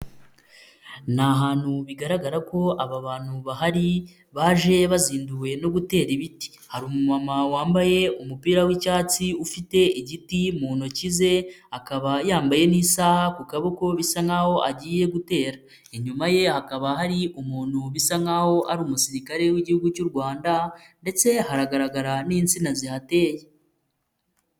Ni ahantu bigaragara ko aba bantu bahari baje bazinduwe no gutera ibiti, hari umumama wambaye umupira w'icyatsi ufite igiti mu ntoki ze akaba yambaye n'isaha ku kaboko bisa nk'aho agiye gutera, inyuma ye hakaba hari umuntu bisa nk'aho ari umusirikare w'igihugu cy'u Rwanda ndetse hagaragara n'insina zihateye.